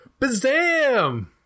Bazam